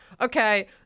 Okay